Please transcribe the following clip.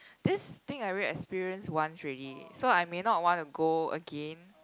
this thing I already experience once already so I may not want to go again